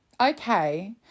okay